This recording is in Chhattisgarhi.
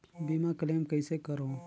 बीमा क्लेम कइसे करों?